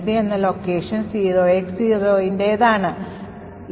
473 എന്ന ലൊക്കേഷൻ 0X0ൻറെത് ആണെന്ന് കാണാം